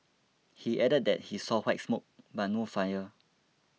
he added that he saw white smoke but no fire